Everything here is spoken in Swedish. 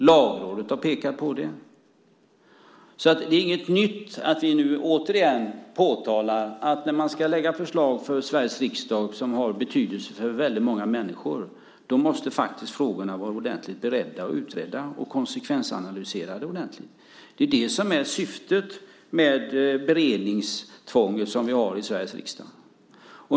Lagrådet har pekat på det. Det är alltså inget nytt, men vi påtalar återigen att när man ska lägga fram förslag i Sveriges riksdag som har betydelse för väldigt många människor måste frågorna vara ordentligt beredda, utredda och konsekvensanalyserade. Det är det som är syftet med det beredningstvång som vi har i Sveriges riksdag.